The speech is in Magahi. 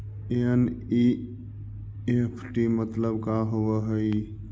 एन.ई.एफ.टी मतलब का होब हई?